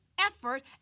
effort